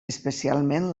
especialment